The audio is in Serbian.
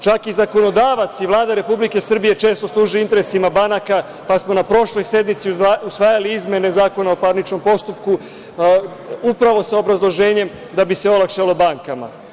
Čak i zakonodavac i Vlada Republike Srbije često služe interesima banaka, pa smo na prošloj sednici usvajali izmene Zakona o parničnom postupku upravo sa obrazloženjem da bi se olakšalo bankama.